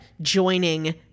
joining